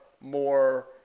more